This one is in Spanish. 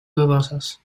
dudosas